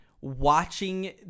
watching